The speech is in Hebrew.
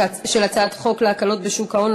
חברת הכנסת מיכל בירן,